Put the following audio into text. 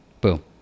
boom